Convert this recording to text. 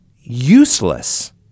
useless